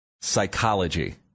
psychology